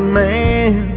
man